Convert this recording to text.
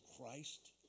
Christ